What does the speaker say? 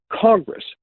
Congress